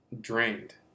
drained